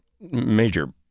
major